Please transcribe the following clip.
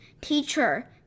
Teacher